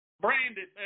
branded